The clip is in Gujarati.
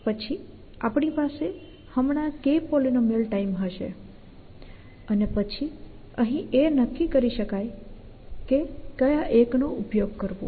પછી આપણી પાસે હમણાં K પોલીનોમિયલ ટાઈમ હશે અને પછી અહીં એ નક્કી કરી શકાય કે અહીં કયા એક નો ઉપયોગ કરવો